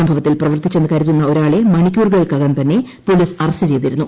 സംഭവത്തിൽ പ്രവർത്തിച്ചെന്ന് കരുതുന്ന ഒരാളെ മണിക്കുറുകൾക്കകം തന്നെ പോലീസ് അറസ്സു ചെയ്തിരുന്നു